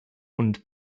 und